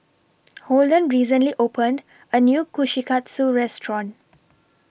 Holden recently opened A New Kushikatsu Restaurant